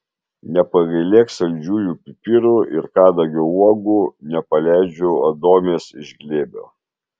nepagailėk saldžiųjų pipirų ir kadagio uogų nepaleidžiu adomės iš glėbio